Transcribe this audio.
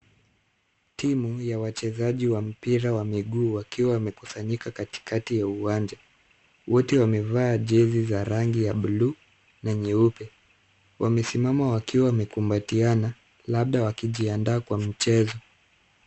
Timu ya wachezaji wa mpira wa miguu, wakiwa wamekusanyika katikati ya uwanja. Wote wamevaa jezi za rangi ya bluu na nyeupe. Wamesimama wakiwa wamekumbatiana labda wakijiandaa kwa mchezo.